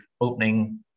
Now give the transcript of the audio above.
opening